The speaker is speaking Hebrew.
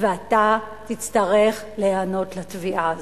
ואתה תצטרך להיענות לתביעה הזאת.